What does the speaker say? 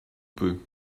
peu